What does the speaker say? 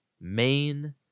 main